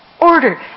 Order